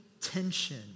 tension